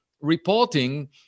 reporting